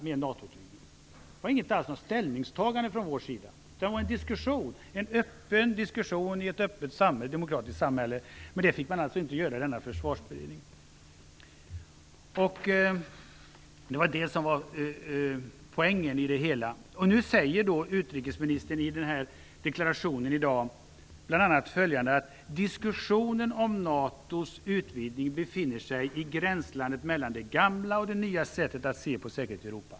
Det var inget ställningstagande från vår sida, utan det var en öppen diskussion i ett öppet demokratiskt samhälle. Men en sådan diskussion fick man alltså inte föra i denna försvarsberedning. Det var detta som var poängen i det hela. Nu säger utrikesministern i dagens deklaration: "Diskussionen om NATO:s utvidgning befinner sig i gränslandet mellan det gamla och nya sättet att se på säkerhet i Europa."